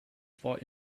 zwar